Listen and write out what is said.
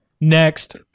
Next